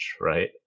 right